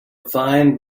fine